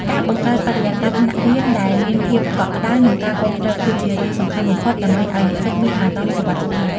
ការបង្កើតបរិយាកាសថ្នាក់រៀនដែលមានភាពកក់ក្តៅនិងការគាំទ្រគឺជារឿងសំខាន់បំផុតដើម្បីឱ្យនិស្សិតមានអារម្មណ៍សុវត្ថិភាព។